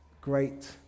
Great